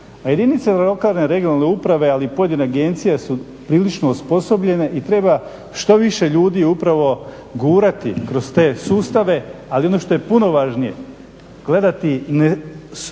Jedinice lokalne (regionalne) uprave, ali i pojedine agencije su prilično osposobljene i treba što više ljudi upravo gurati kroz te sustavu. Ali ono što je puno važnije, gledati